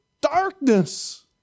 darkness